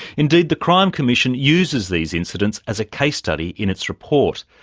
indeed the crime commission uses these incidents as a case study in its report.